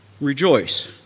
rejoice